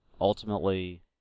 ultimately